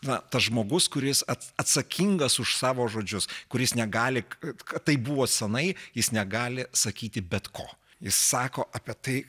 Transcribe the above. na tas žmogus kuris at atsakingas už savo žodžius kuris negali kad kad tai buvo seniai jis negali sakyti bet ko jis sako apie tai